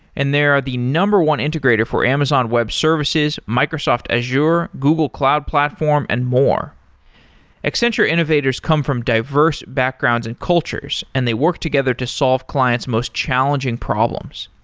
and they are the number one integrator for amazon web services, microsoft, azure, google cloud platform, and more accenture innovators come from diverse backgrounds and cultures and they work together to solve client's most challenging problems.